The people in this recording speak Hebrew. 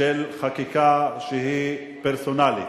של חקיקה שהיא פרסונלית,